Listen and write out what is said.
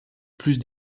plus